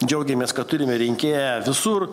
džiaugiamės kad turime rinkėją visur